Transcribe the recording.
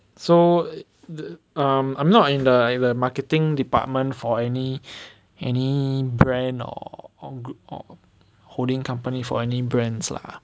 so the um I'm not in the marketing department for any any brand or or or holding company for any brands lah